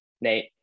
Nate